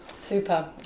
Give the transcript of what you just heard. Super